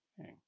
Okay